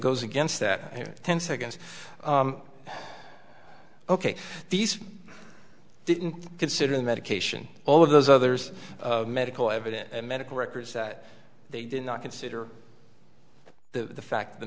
goes against that ten seconds ok these didn't consider the medication all of those others medical evidence medical records that they did not consider the fact the